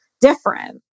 different